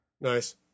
Nice